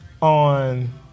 on